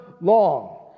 long